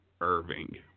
Irving